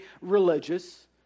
religious